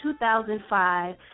2005